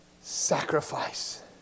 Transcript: sacrifice